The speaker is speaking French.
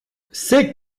c’est